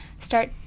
start